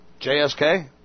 JSK